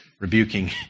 rebuking